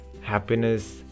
Happiness